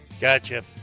Gotcha